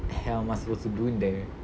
hell am I supposed to do there